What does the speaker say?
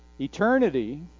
Eternity